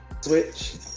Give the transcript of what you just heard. Switch